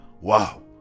Wow